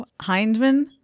hindman